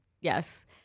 Yes